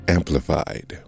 Amplified